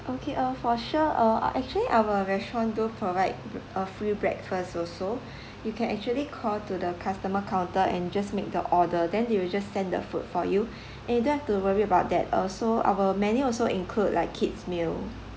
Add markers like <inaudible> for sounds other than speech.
okay uh for sure uh ah actually our restaurant do provide bre~ a free breakfast also <breath> you can actually call to the customer counter and just make the order then they will just send the food for you <breath> and don't have to worry about that uh so our menu also include like kids meal